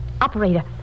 operator